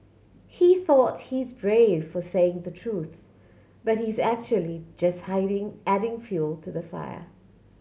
he thought he's brave for saying the truth but he's actually just hiding adding fuel to the fire